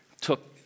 took